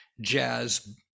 jazz